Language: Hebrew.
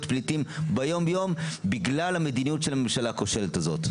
להיות פליטים ביום-יום בגלל המדיניות של הממשלה הכושלת הזאת.